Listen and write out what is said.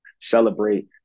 celebrate